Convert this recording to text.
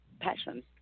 passion